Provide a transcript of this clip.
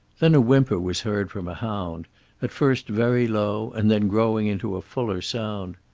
then a whimper was heard from a hound at first very low, and then growing into a fuller sound.